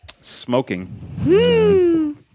Smoking